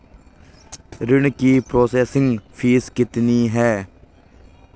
ऋण की processing fees कितनी है?